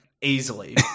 easily